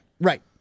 Right